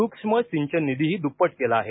सूक्ष्म सिंचन निधीही दुप्पट कला आहे